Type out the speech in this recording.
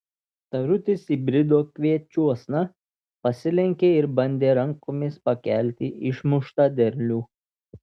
tarutis įbrido kviečiuosna pasilenkė ir bandė rankomis pakelti išmuštą derlių